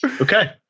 Okay